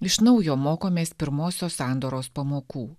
iš naujo mokomės pirmosios sandoros pamokų